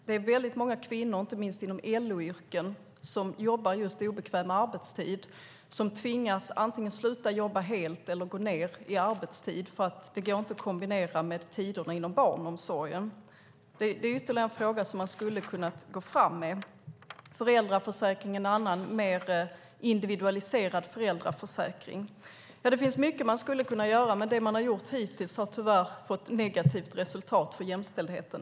Det är väldigt många kvinnor, inte minst inom LO-yrken, som jobbar på just obekväm arbetstid som antingen tvingas sluta jobba helt eller gå ned i arbetstid eftersom arbetet inte går att kombinera med tiderna inom barnomsorgen. Detta är ytterligare en fråga som man skulle ha kunnat gå fram med. En mer individualiserad föräldraförsäkring är en annan. Det finns alltså mycket man skulle kunna göra, men det man har gjort hittills har tyvärr fått negativt resultat för jämställdheten.